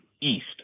east